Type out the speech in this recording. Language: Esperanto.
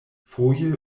foje